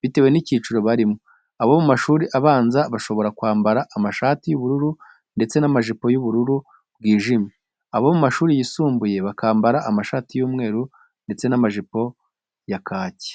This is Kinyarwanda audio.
bitewe n'icyiciro barimo. Abo mu mashuri abanza bashobora kwambara amashati y'ubururu ndetse n'amajipo y'ubururu bwijimye, abo mu mashuri yisumbuye bakambara amashati y'umweru ndetse n'amajipo ya kaki.